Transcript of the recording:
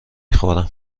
خورم